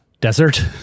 desert